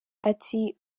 ati